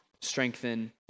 strengthen